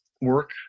work